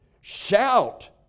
Shout